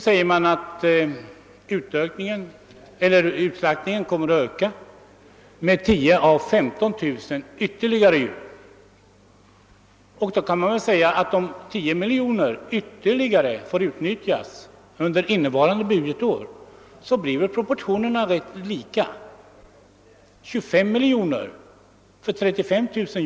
Det hävdas emellertid att utslaktningen kommer att öka med yvtterligare 10 000 å 15 000 djur. Om då 10 miljoner ytterligare får utnyttjas under innevarande budgetår blir väl proportionerna rätt lika — 25 miljoner för Herr talman!